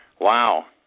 Wow